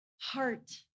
heart